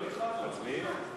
התשע"ד 2013,